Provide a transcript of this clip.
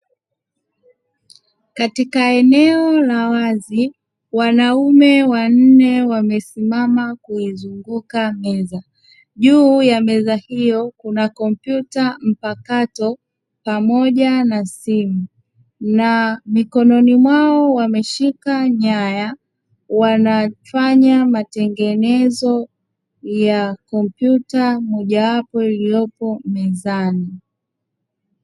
Katika eneo la wazi; wanaume wanne wamesimama kuizunguka meza. Juu ya meza hiyo kuna kompyuta mpakato pamoja na simu na mikononi mwao wameshika nyaya, wanafanya matengenezo ya kompyuta mojawapo iliyopo mezani.